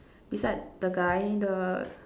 beside the guy the